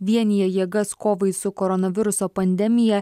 vienija jėgas kovai su koronaviruso pandemija